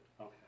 Okay